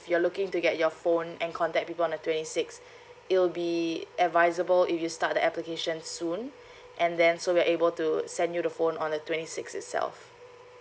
you're looking to get your phone and contact people on the twenty six it'll be advisable if you start the application soon and then so we're able to send you the phone on the twenty six itself